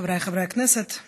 חבריי חברי הכנסת,